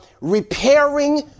repairing